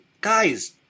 guys